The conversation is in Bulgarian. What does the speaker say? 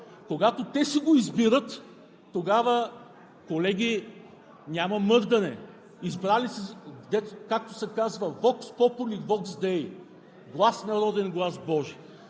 Когато те си го избират, тогава, колеги, няма мърдане – избрали са си го! Както се казва: „Vox pópuli, vox déi“ – „Глас народен, глас божи!“